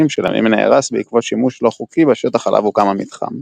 שלימים נהרס בעקבות שימוש לא חוקי בשטח עליו הוקם המתחם.